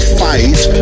fight